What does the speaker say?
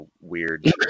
weird